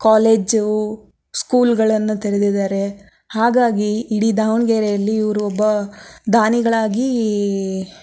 college ಸ್ಕೂಲ್ಗಳನ್ನು ತೆರೆದಿದ್ದಾರೆ ಹಾಗಾಗಿ ಇಡೀ ದಾವಣಗೆರೆಯಲ್ಲಿ ಇವರು ಒಬ್ಬ ದಾನಿಗಳಾಗಿ